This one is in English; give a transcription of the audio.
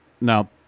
Now